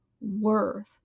worth